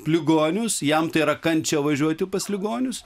ligonius jam tai yra kančia važiuoti pas ligonius